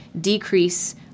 decrease